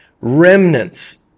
remnants